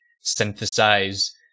synthesize